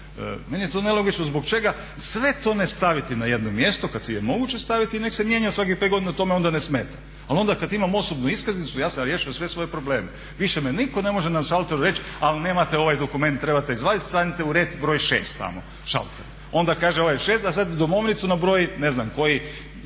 meni je to nelogično zbog čega sve to ne staviti na jedno mjesto kad je moguće staviti i nek' se mijenja svakih 5 godina, to me onda ne smeta. Ali onda kad imam osobnu iskaznicu ja sam riješio sve svoje probleme, više me nitko ne može na šalteru reći ali nemate ovaj dokument, trebate izvadit, stanite u red broj šest tamo šaltera. Onda kaže ovaj šest da sad domovnicu na broj ne znam koji